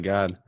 God